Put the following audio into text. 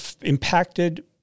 impacted